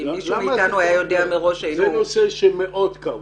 כי מישהו מאיתנו היה יודע מראש היינו --- זה נושא מאוד כאוב.